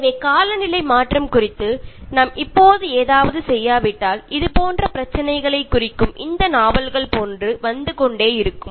எனவே காலநிலை மாற்றம் குறித்து நாம் இப்போது ஏதாவது செய்யாவிட்டால் இதுபோன்ற பிரச்சினைகளை குறிக்கும் இந்த நாவல்கள் போன்று வந்து கொண்டே இருக்கும்